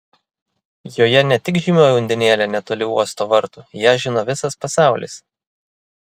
joje ne tik žymioji undinėlė netoli uosto vartų ją žino visas pasaulis